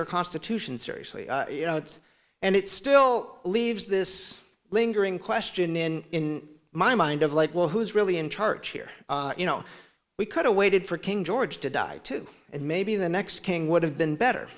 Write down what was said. our constitution seriously you know it's and it still leaves this lingering question in my mind of late will who's really in charge here you know we could've waited for king george to die too and maybe the next king would have been better